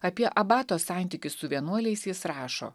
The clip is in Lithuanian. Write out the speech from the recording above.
apie abato santykius su vienuoliais jis rašo